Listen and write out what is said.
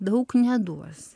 daug neduos